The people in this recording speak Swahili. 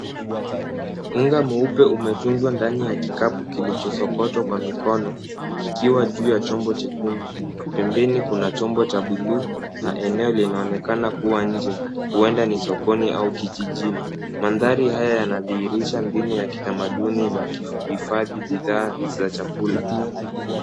Unga mweupe umetunzwa ndani ya kikapu kilichosokotwa kwa mikono kikiwa juu ya chombo chekundu. Pembeni kuna chombo cha bluu na eneo linaonekana kuwa nje huenda ni sokoni au kijijini. Mandhari haya yanadhihirisha mbinu ya kitamaduni za hifadhi za chakula.